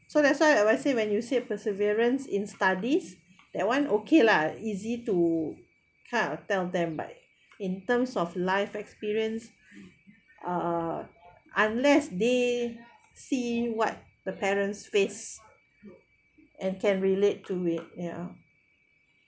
so that's why I why say when you say perseverance in studies that [one] okay lah easy to kind of tell them but in terms of life experience uh unless they see what the parents face and can relate to it ya